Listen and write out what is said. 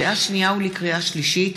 לקריאה שנייה ולקריאה שלישית: